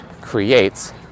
creates